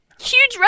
Huge